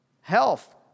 health